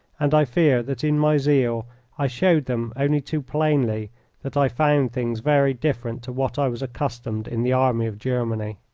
and i fear that in my zeal i showed them only too plainly that i found things very different to what i was accustomed in the army of germany.